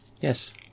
Yes